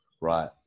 right